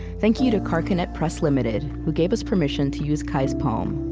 thank you to carcanet press limited, who gave us permission to use kei's poem.